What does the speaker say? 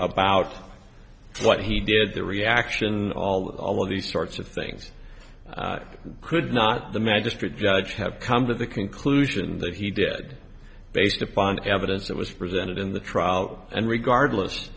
about what he did the reaction all of these sorts of things could not the magistrate judge have come to the conclusion that he did based upon evidence that was presented in the trial and regardless